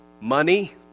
money